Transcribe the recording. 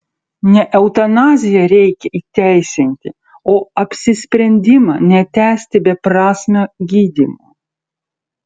ne eutanaziją reikia įteisinti o apsisprendimą netęsti beprasmio gydymo